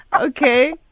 Okay